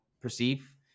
perceive